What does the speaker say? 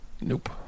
Nope